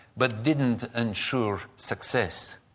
but didn't ensure success.